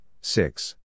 six